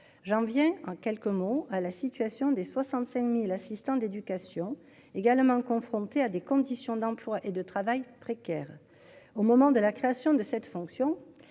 J'en viens en quelques mots à la situation des 67.000 assistants d'éducation. Également confrontés à des conditions d'emploi et de travail précaire. Au moment de la création de cette fonction,